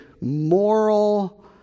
moral